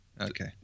Okay